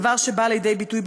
דבר שבא לידי ביטוי,